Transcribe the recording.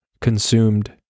consumed